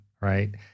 right